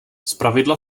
zpravidla